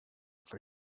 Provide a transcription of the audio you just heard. for